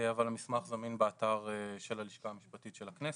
אבל המסמך זמין באתר של הלשכה המשפטית של הכנסת.